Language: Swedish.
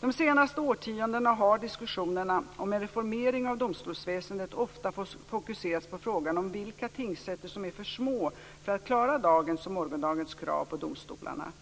De senaste årtiondena har diskussionerna om en reformering av domstolsväsendet ofta fokuserats på frågan om vilka tingsrätter som är för små för att klara dagens och morgondagens krav på domstolarna.